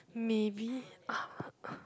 maybe